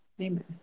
amen